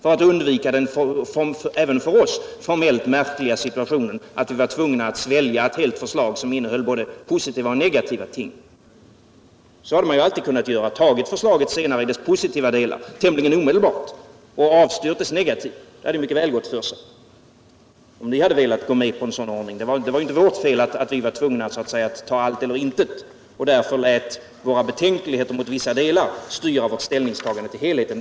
På det sättet hade man kunnat undvika den för oss märkliga situationen att vi var tvungna att svälja ett helt förslag som innehöll både positiva och negativa ting. Det hade alltså mycket väl gått för sig att senare ta de positiva delarna i förslaget tämligen omedelbart efter det att man hade avslagit det förslag som innehöll både positiva och negativa förändringar. Det var ju inte vårt fel att vi var tvungna att ta allt eller intet och därför lät våra betänkligheter mot vissa delar styra vårt ställningstagande till helheten.